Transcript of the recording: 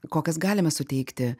kokias galime suteikti